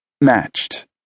Matched